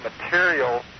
material